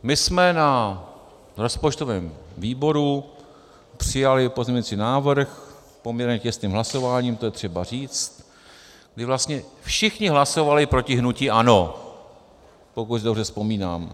My jsme na rozpočtovém výboru přijali pozměňovací návrh, poměrně těsným hlasováním, to je třeba říct, kdy vlastně všichni hlasovali proti hnutí ANO, pokud si dobře vzpomínám.